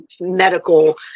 medical